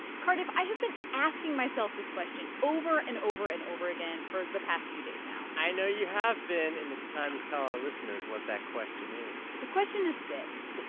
cardiff, i have been asking myself this question over and over and over again for the past few days now i know you have been, and it's time to tell our listeners what that question is the question is this.